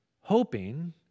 hoping